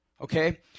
Okay